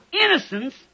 innocence